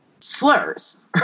slurs